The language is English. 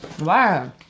Wow